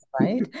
right